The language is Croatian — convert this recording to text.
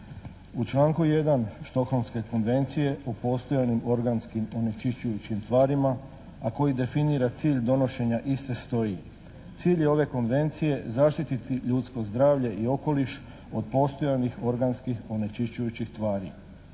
U članku 1. Stockholmske konvencije o postojanim organskim onečišćujućim tvarima a koji definira cilj donošenja iste stoji: "Cilj je ove konvencije zaštititi ljudsko zdravlje i okoliš od postojanih organskih onečišćujućih tvari.".